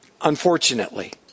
Unfortunately